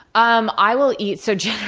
um i will eat so,